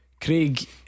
Craig